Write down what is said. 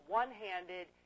one-handed